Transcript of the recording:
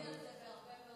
את זה בהרבה מאוד,